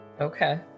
Okay